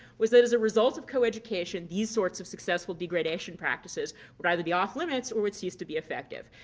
was that as a result of co-education, these sorts of successful degradation practices would either be off-limits or would cease to be effective.